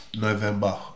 November